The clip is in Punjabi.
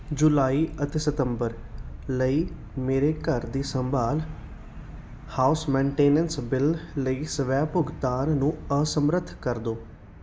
ਜੁਲਾਈ ਅਤੇ ਸਤੰਬਰ ਲਈ ਮੇਰੇ ਘਰ ਦੀ ਸੰਭਾਲ ਹਾਊਸ ਮੈਟੇਨੈਂਸ ਬਿੱਲ ਲਈ ਸਵੈ ਭੁਗਤਾਨ ਨੂੰ ਅਸਮਰੱਥ ਕਰ ਦਿਓ